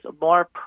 more